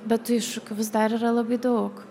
bet tų iššūkių vis dar yra labai daug